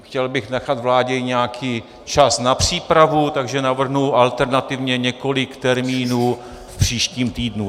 Chtěl bych nechat vládě i nějaký čas na přípravu, takže navrhnu alternativně několik termínů v příštím týdnu.